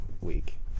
week